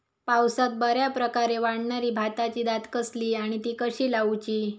पावसात बऱ्याप्रकारे वाढणारी भाताची जात कसली आणि ती कशी लाऊची?